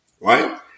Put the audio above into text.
right